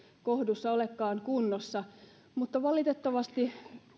kohdussa olekaan kunnossa mutta valitettavasti